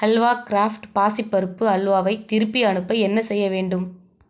halwa Kraft பாசிப்பருப்பு அல்வாவை திருப்பி அனுப்ப என்ன செய்ய வேண்டும்